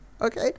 Okay